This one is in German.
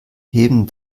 heben